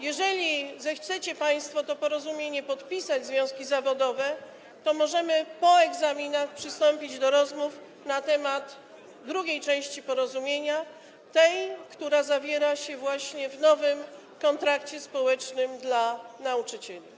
Jeżeli zechcecie państwo to porozumienie podpisać, związki zawodowe, to możemy po egzaminach przystąpić do rozmów na temat drugiej części porozumienia, tej, która zawiera się w nowym kontrakcie społecznym dla nauczycieli.